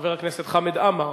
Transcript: חבר הכנסת חמד עמאר,